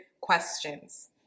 questions